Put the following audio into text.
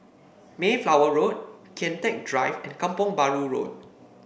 Mayflower Road Kian Teck Drive Kampong Bahru Road